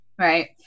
Right